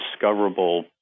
discoverable